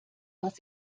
was